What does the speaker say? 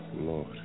Lord